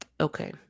Okay